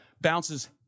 bounces